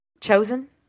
chosen